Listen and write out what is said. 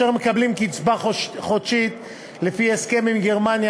אשר מקבלים קצבה חודשית לפי הסכם עם גרמניה,